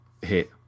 hit